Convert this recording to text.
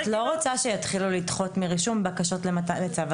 את לא רוצה שיתחילו לדחות מרישום בקשות לצו הגנה.